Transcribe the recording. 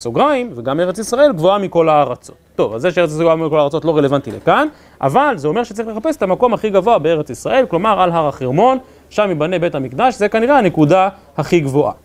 סוגריים, וגם ארץ ישראל גבוהה מכל הארצות. טוב, אז זה שארץ ישראל גבוהה מכל הארצות לא רלוונטי לכאן. אבל, זה אומר שצריך לחפש את המקום הכי גבוה בארץ ישראל, כלומר על הר החרמון, שם יבנה בית המקדש, זה כנראה הנקודה הכי גבוהה.